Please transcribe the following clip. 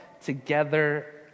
together